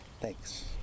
Thanks